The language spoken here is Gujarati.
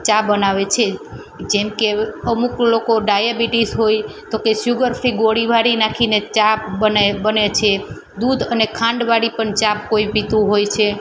ચા બનાવે છે જેમકે અમુક લોકો ડાયબિટિસ હોય તો કે શુગર ફ્રી ગોળીવાળી નાખીને ચા બનાય બને છે દૂધ અને ખાંડવાળી પણ ચા કોઈ પીતું હોય છે